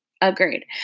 Agreed